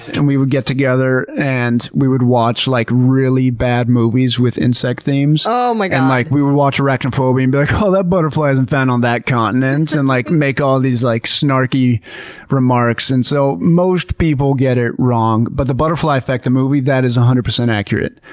we would get together and we would watch like really bad movies with insect themes. um like um like we would watch arachnophobia and be like, oh, that butterfly isn't found on that continent! and like make all these like snarky remarks. and so most people get it wrong, but the butterfly effect, the movie, that is one hundred percent accurate.